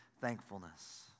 thankfulness